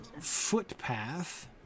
footpath